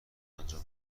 انجام